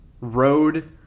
road